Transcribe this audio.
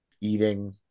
eating